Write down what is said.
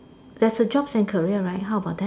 there's a jobs and career right how about that